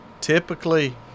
typically